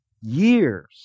years